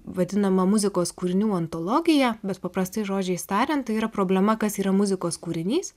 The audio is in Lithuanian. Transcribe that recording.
vadinama muzikos kūrinių antologija bet paprastais žodžiais tariant tai yra problema kas yra muzikos kūrinys